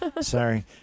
Sorry